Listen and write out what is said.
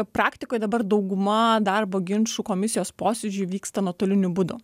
praktikoj dabar dauguma darbo ginčų komisijos posėdžiai vyksta nuotoliniu būdu